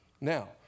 Now